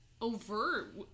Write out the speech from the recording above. Overt